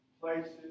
places